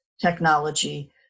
technology